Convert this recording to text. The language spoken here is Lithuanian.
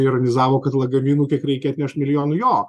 ironizavo kad lagaminų kiek reikia atnešt milijonų jo